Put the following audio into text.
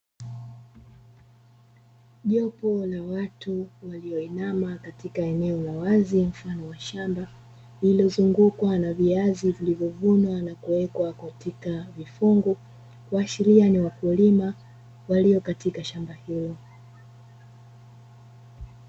Jopo la watu walioinama katika eneo la wazi mfano wa shamba lililozungukwa na viazi vilivyovunwa na kuwekwa katika vifungu, kuashiria ni wakulima walio katika shamba hilo.